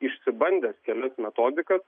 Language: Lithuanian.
išsibandęs kelias metodikas